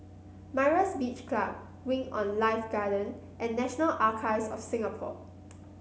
Myra's Beach Club Wing On Life Garden and National Archives of Singapore